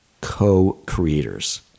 co-creators